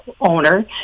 owner